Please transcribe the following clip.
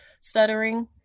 stuttering